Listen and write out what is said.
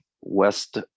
west